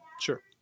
Sure